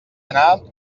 anar